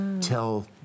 tell